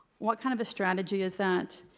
what kind of a strategy is that?